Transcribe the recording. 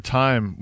time